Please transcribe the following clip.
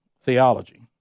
theology